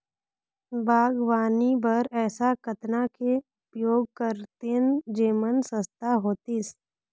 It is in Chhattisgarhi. बागवानी बर ऐसा कतना के उपयोग करतेन जेमन सस्ता होतीस?